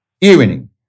evening